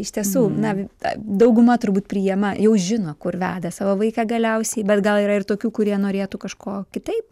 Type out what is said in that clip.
iš tiesų na dauguma turbūt priima jau žino kur veda savo vaiką galiausiai bet gal yra ir tokių kurie norėtų kažko kitaip